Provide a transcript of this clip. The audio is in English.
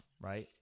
right